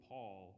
Paul